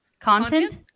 Content